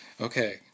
Okay